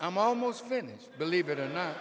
i'm almost finished believe it or not